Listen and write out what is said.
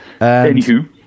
Anywho